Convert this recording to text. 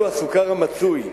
הסוכר המצוי,